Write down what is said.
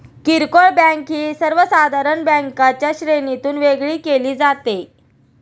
किरकोळ बँक ही सर्वसाधारण बँकांच्या श्रेणीतून वेगळी केली जाते